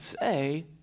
say